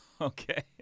Okay